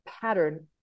pattern